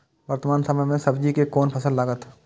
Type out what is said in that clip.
वर्तमान समय में सब्जी के कोन फसल लागत?